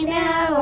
now